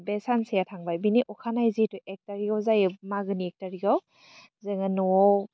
बे सानसेया थांबाय बिनि अखा नायै जिहेथु एक थारिखआव जायो मागोनि एक थारिखआव जोङो न'आव